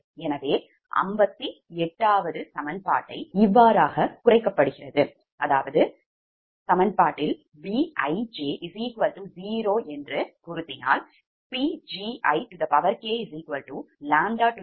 எனவே 58 சமன்பாடு மாற்றீட்டைக் குறைக்கிறது Bij0